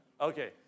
Okay